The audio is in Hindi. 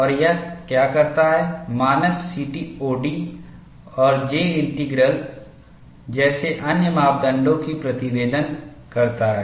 और यह क्या करता है मानक सीटीओडी और जे इंटीग्रल जैसे अन्य मापदंडों की प्रतिवेदन करता है